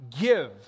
give